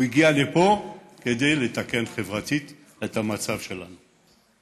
הוא הגיע לפה כדי לתקן חברתית את המצב שלנו.